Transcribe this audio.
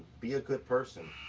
be a good person.